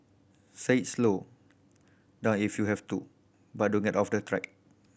say slow down if you have to but don't get off the track